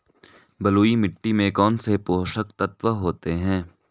बलुई मिट्टी में कौनसे पोषक तत्व होते हैं?